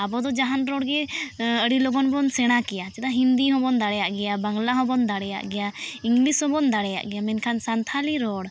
ᱟᱵᱚ ᱫᱚ ᱡᱟᱦᱟᱱ ᱨᱚᱲᱜᱮ ᱟᱹᱰᱤ ᱞᱚᱜᱚᱱ ᱵᱚᱱ ᱥᱮᱬᱟ ᱠᱮᱭᱟ ᱪᱮᱫᱟᱜ ᱦᱤᱱᱫᱤ ᱦᱚᱵᱚᱱ ᱫᱟᱲᱮᱭᱟᱜ ᱜᱮᱭᱟ ᱵᱟᱝᱞᱟ ᱦᱚᱵᱚᱱ ᱫᱟᱲᱮᱭᱟᱜᱼ ᱜᱮᱭᱟ ᱤᱝᱞᱤᱥ ᱦᱚᱵᱚᱱ ᱫᱟᱲᱮᱭᱟᱜ ᱜᱮᱭᱟ ᱢᱮᱱᱠᱷᱟᱱ ᱥᱟᱱᱛᱷᱟᱞᱤ ᱨᱚᱲ